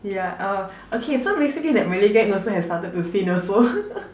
yeah oh okay so basically that Malay gang also has started to sin also